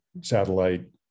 satellite